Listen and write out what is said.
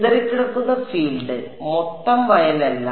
ചിതറിക്കിടക്കുന്ന ഫീൽഡ് മൊത്തം വയലല്ല